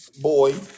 boy